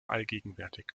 allgegenwärtig